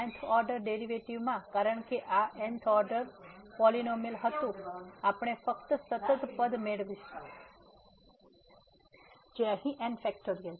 N th order ડેરીવેટીવમાં કારણ કે આ n th ઓર્ડર પોલીનોમીઅલ હતું આપણે ફક્ત સતત પદ મેળવીશું જે અહીં n